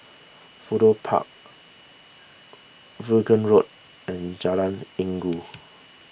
Fudu Park Vaughan Road and Jalan Inggu